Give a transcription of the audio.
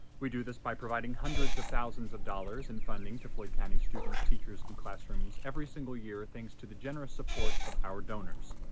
we do this by providing hundreds of thousands of dollars in funding to floyd county students, teachers, and classrooms every single year thanks to the generous support of our donors.